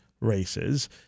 races